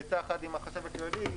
בעצה אחת עם החשב הכללי,